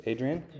Adrian